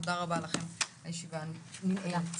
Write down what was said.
תודה רבה לכם, הישיבה נעולה.